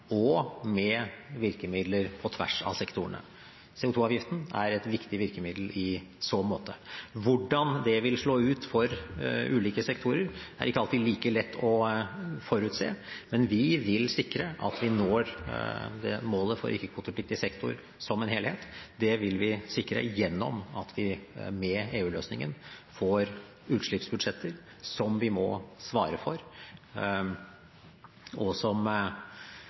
og med virkemidler på tvers av sektorene. CO 2 -avgiften er et viktig virkemiddel i så måte. Hvordan det vil slå ut for ulike sektorer, er det ikke alltid like lett å forutse, men vi vil sikre at vi når det målet for ikke-kvotepliktig sektor som en helhet. Det vil vi sikre gjennom at vi med EU-løsningen får utslippsbudsjetter som vi må svare for, og som,